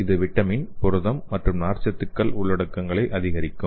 இது வைட்டமின் புரதம் மற்றும் நார்ச்சத்து உள்ளடக்கங்களை அதிகரிக்கும்